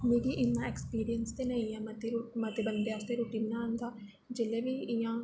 मिगी इन्ना ऐक्सपीरियंस ते नेईं ऐ मते बंदे आस्तै रुट्टी बनाने दा जेल्लै बी इयां